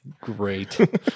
Great